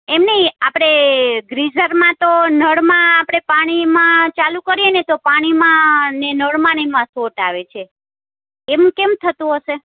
એમ નહીં આપણે ગીઝરમાં તો નળમાં આપણે પાણીમાં ચાલું કરીએ ને તો પાણીમાં ને નળમાંને એમાં શોર્ટ આવે છે એમ કેમ થતું હશે